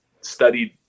studied